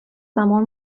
زمان